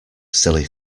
silly